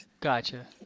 Gotcha